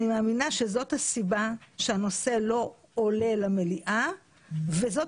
אני מאמינה שזאת הסיבה שהנושא לא עולה למליאה וזאת